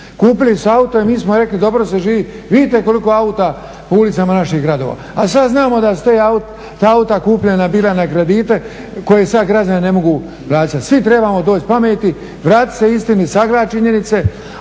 Kupili su auto i mi smo rekli dobro se živi. Vidite koliko auta po ulicama naših gradova, a sad znamo da su ta auta kupljena bila na kredite koje sad građani ne mogu plaćat. Svi trebamo doći pameti, vratit se istini, sagledat činjenice,